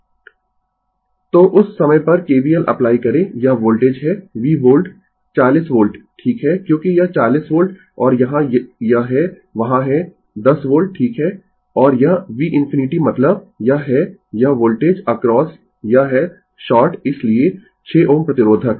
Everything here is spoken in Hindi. Refer Slide Time 2759 तो उस समय पर KVL अप्लाई करें यह वोल्टेज है v वोल्ट 40 वोल्ट ठीक है क्योंकि यह 40 वोल्ट और यहां यह है वहाँ है 10 वोल्ट ठीक है और यह v ∞ मतलब यह है यह वोल्टेज अक्रॉस यह है शॉर्ट इसलिए 6 Ω प्रतिरोधक